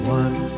one